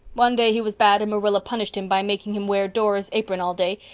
one day he was bad and marilla punished him by making him wear dora's apron all day,